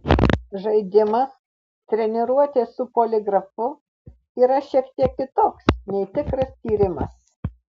žaidimas treniruotė su poligrafu yra šiek tiek kitoks nei tikras tyrimas